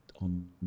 on